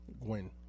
Gwen